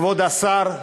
כבוד השר,